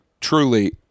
truly